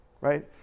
right